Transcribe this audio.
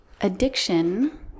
addiction